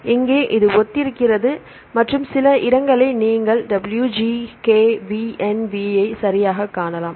மாணவர் இங்கே இது ஒத்திருக்கிறது மற்றும் சில இடங்களை நீங்கள் WGKVNV ஐ சரியாகக் காணலாம்